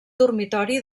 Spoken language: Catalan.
dormitori